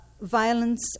Violence